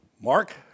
Mark